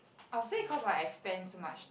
I will say cause like I spend so much